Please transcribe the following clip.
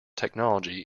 technology